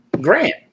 Grant